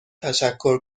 تشکر